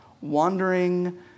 wandering